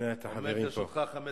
שישכנעו את ברק להצביע בעד.